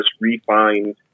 refined